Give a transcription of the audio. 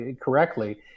correctly